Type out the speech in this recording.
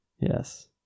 yes